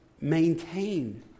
maintained